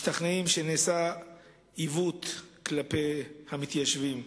משתכנעים שנעשה עיוות כלפי המתיישבים.